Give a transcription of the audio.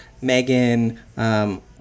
Megan